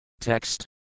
Text